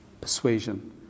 persuasion